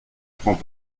prends